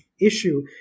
issue